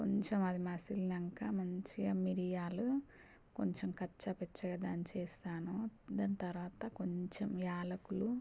కొంచం అది మసిలినంక మంచిగా మిరియాలు కొంచెం కచ్చాపచ్చాగా దంచి వేస్తాను దాని తర్వాత కొంచెం యాలకులు